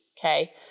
Okay